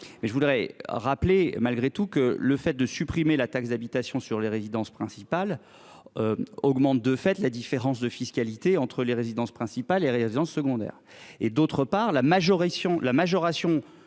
je voudrais rappeler malgré tout que le fait de supprimer la taxe d'habitation sur les résidences principales. Augmente de fait la différence de fiscalité entre les résidences principales et résidences secondaires et d'autre part la majoration